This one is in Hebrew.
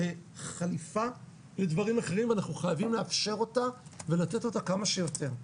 תחליף לדברים אחרים ואנחנו חייבים לאפשר אותה ולתת אותה כמה שיותר.